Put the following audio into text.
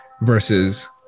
versus